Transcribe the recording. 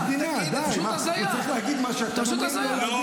זאת פשוט הזיה.